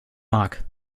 mag